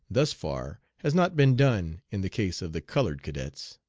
thus far, has not been done in the case of the colored cadets.